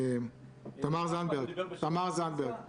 תמר זנדברג, בבקשה.